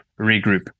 regroup